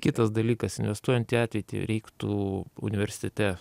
kitas dalykas investuojant į ateitį reiktų universitete